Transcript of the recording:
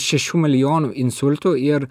šešių milijonų insultų ir